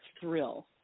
thrill